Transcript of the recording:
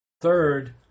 Third